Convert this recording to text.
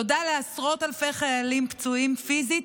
תודה לעשרות אלפי חיילים פצועים פיזית